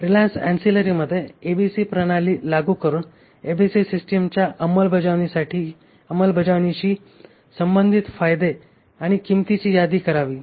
Reliance अँसिलरीमध्ये ABC प्रणाली लागू करून एबीसी सिस्टमच्या अंमलबजावणीशी संबंधित फायदे आणि किंमतींची यादी करावी